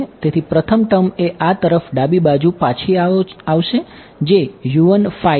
તેથી પ્રથમ ટર્મ એ આ તરફ ડાબી બાજુ પાછો આવશે જે છે